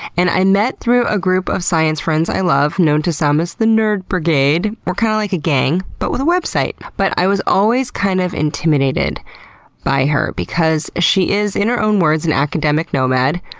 and i met through a group of science friends i love, known to some as the nerd brigade we're kind of like a gang but with a website. but i was always kind of intimidated by her because she is, in her own words an academic nomad,